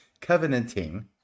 covenanting